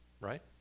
Right